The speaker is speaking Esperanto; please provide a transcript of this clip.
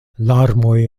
larmoj